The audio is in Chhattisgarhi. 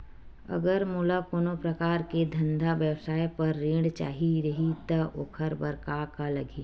अगर मोला कोनो प्रकार के धंधा व्यवसाय पर ऋण चाही रहि त ओखर बर का का लगही?